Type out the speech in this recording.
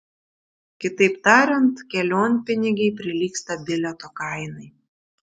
kitaip tariant kelionpinigiai prilygsta bilieto kainai